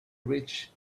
rich